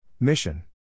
Mission